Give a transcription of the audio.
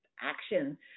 action